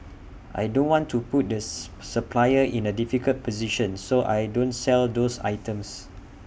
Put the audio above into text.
I don't want to put does suppliers in A difficult position so I don't sell those items